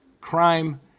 crime